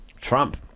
Trump